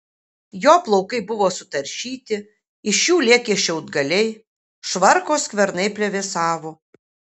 jo plaukai buvo sutaršyti iš jų lėkė šiaudgaliai švarko skvernai plevėsavo